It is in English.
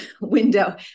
window